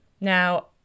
Now